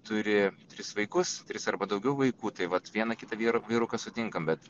turi tris vaikus tris arba daugiau vaikų tai vat vieną kitą vyrą vyruką sutinkam bet